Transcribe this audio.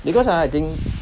because ah I think